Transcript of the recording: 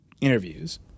interviews